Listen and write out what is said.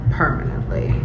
permanently